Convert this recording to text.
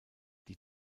die